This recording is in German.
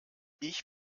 ich